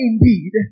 indeed